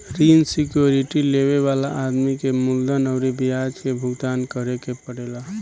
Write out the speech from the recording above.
ऋण सिक्योरिटी लेबे वाला आदमी के मूलधन अउरी ब्याज के भुगतान करे के पड़ेला